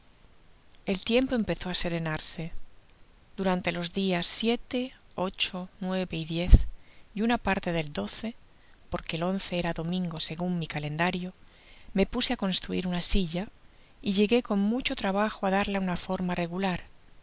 el tiempo empezó á serenarse curante los días siete ocho nueve y diez y una parte del porque era domingo segun mi calendario me puse á construir una sila y llegué con mucho trabajo á darla una forma regular